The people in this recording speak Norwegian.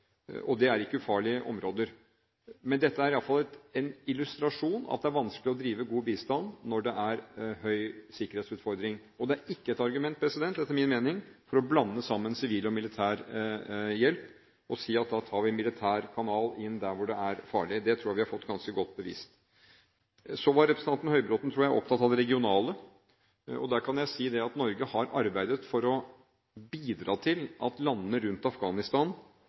og det er ikke ufarlige områder. Dette er i hvert fall en illustrasjon av at det er vanskelig å drive god bistand når det er høy sikkerhetsutfordring, og det er ikke et argument, etter min mening, for å blande sammen sivil og militær hjelp og si at da tar vi militær kanal inn der hvor det er farlig. Det tror jeg vi har fått bevist ganske godt. Så var representanten Høybråten, tror jeg, opptatt av det regionale. Der kan jeg si at Norge har arbeidet for å bidra til at landene rundt Afghanistan